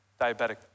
diabetic